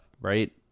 right